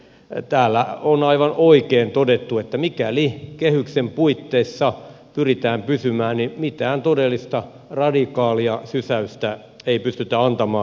täällä on aivan oikein todettu että mikäli kehyksen puitteissa pyritään pysymään niin mitään todellista radikaalia sysäystä ei pystytä antamaan